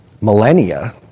millennia